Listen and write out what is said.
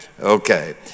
Okay